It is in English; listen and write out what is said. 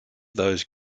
those